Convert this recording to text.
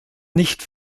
nicht